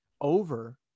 over